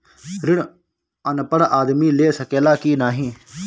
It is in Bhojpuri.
ऋण अनपढ़ आदमी ले सके ला की नाहीं?